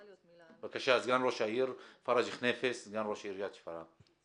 בבקשה, פרג' חניפס, סגן ראש עיריית שפרעם.